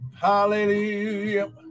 Hallelujah